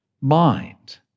mind